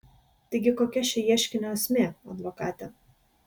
taigi kokia šio ieškinio esmė advokate